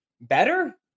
better